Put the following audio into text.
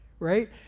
right